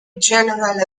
general